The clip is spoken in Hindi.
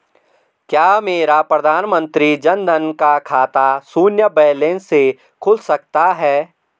क्या मेरा प्रधानमंत्री जन धन का खाता शून्य बैलेंस से खुल सकता है?